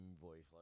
voice